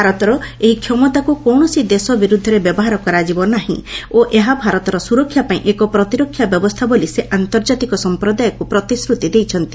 ଭାରତର ଏହି କ୍ଷମତାକୁ କୌଣସି ଦେଶ ବିର୍ଦ୍ଧରେ ବ୍ୟବହାର କରାଯିବ ନାହିଁ ଓ ଏହା ଭାରତର ସୁରକ୍ଷା ପାଇଁ ଏକ ପ୍ରତିରକ୍ଷା ବ୍ୟବସ୍ଥା ବୋଲି ସେ ଆର୍ନ୍ତଜାତିକ ସମ୍ପ୍ରଦାୟକୁ ପ୍ରତିଶ୍ରୁତି ଦେଇଛନ୍ତି